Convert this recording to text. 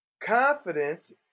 confidence